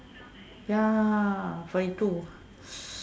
ya forty two